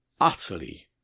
Utterly